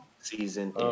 season